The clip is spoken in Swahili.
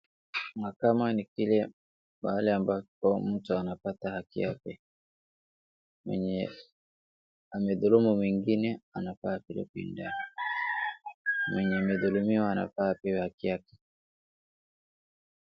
Mahakama ni kile, pahali ambapo mtu anapata haki yake. Mwenye amedhulumu mwingine anafaa apelekwe ndani, mwenye amedhulumiwa anafaa apewe haki yake.